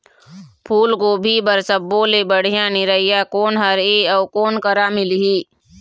फूलगोभी बर सब्बो ले बढ़िया निरैया कोन हर ये अउ कोन करा मिलही?